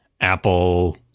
Apple